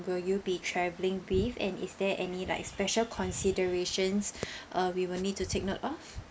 will you be travelling with and is there any like special considerations uh we will need to take note of